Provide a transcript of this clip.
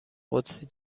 قدسی